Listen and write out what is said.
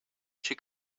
she